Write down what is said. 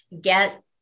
get